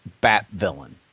Bat-Villain